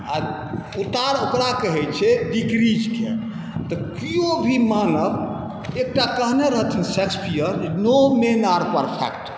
आओर उतार ओकरा कहै छै डिक्रीजके तऽ केओ भी मानव एकटा कहने रहथिन जे Shakespeare no men are perfect